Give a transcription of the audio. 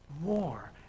more